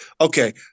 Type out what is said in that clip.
Okay